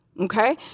Okay